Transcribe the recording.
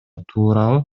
туурабы